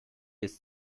ist